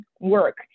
work